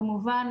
כמובן